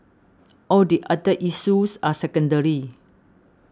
all the other issues are secondary